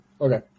Okay